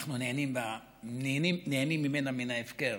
אנחנו נהנים ממנה מן ההפקר.